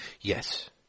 Yes